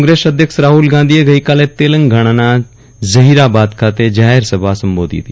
કોંગ્રેસ અધ્યક્ષ રાહુલ ગાંધીએ તેલંગાણાના ઝહીરાબાદ ખાતે જાહેર સભા સંબોધી હતી